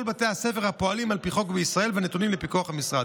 בתי הספר הפועלים על פי חוק בישראל ונתונים לפיקוח המשרד.